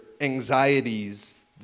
anxieties